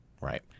Right